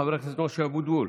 חבר הכנסת משה אבוטבול.